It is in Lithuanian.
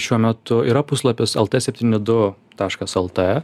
šiuo metu yra puslapis lt septyni du taškas lt